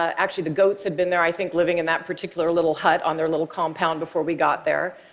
actually, the goats had been there, i think, living in that particular little hut on their little compound before we got there.